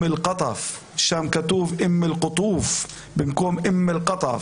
אלקטף שם כתוב אם אלקטוף במקום אם אלקטף.